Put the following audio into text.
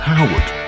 Howard